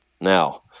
now